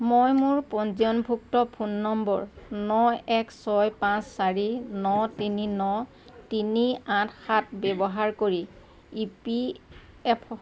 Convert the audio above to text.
মই মোৰ পঞ্জীয়নভুক্ত ফোন নম্বৰ ন এক ছয় পাঁচ চাৰি ন তিনি ন তিনি আঠ সাত ব্যৱহাৰ কৰি ই পি এফ